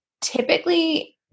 typically